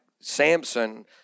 Samson